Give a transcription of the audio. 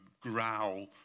growl